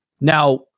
Now